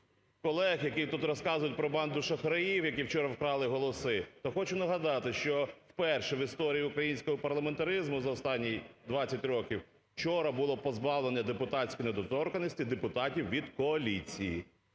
колег, які тут розказують про банду шахраїв, які вчора вкрали голоси. То хочу нагадати, що вперше в історії українського парламентаризму за останні 20 років вчора було позбавлено депутатської недоторканності депутатів від коаліції.